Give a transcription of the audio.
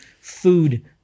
food